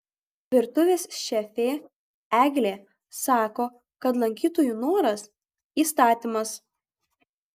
virtuvės šefė eglė sako kad lankytojų noras įstatymas